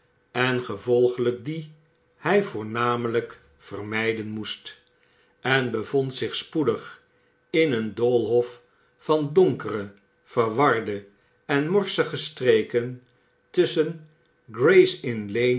en gevo glijk die welke hij voornamelijk vermijden moest en bevond zich spoedig in een doolhof van donkere verwarde en morsige streken tusschen